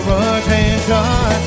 attention